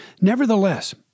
Nevertheless